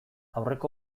aurreko